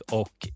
och